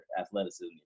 athleticism